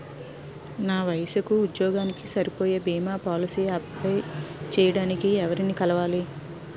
నా వయసుకి, ఉద్యోగానికి సరిపోయే భీమా పోలసీ అప్లయ్ చేయటానికి ఎవరిని కలవాలి?